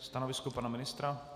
Stanovisko pana ministra?